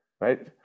right